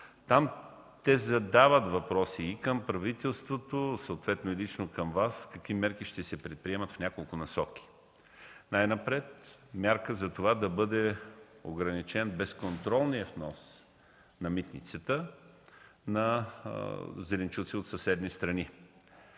Там те задават въпроси към правителството и съответно лично към Вас какви мерки ще се предприемат в няколко насоки. Най-напред мярка да бъде ограничен безконтролният внос на митницата на зеленчуци от съседни страни.